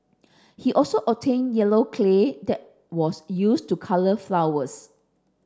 he also obtained yellow clay that was used to colour flowers